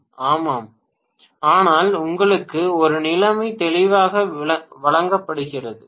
பேராசிரியர் ஆமாம் ஆனால் உங்களுக்கு ஒரு நிலைமை தெளிவாக வழங்கப்பட்டுள்ளது